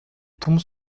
tombe